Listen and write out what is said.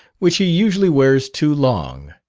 which he usually wears too long.